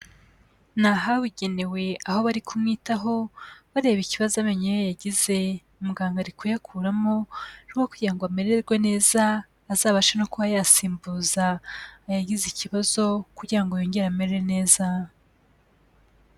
Ni ahabugenewe aho bari kumwitaho, bareba ikibazo amenyo ye yagize. Muganga ari kuyakuramo mu rwego rwo kugira ngo amererwe neza, azabashe no kuba yasimbuza aya yagize ikibazo kugira ngo yongere amere neza.